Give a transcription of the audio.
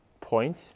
point